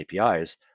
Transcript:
APIs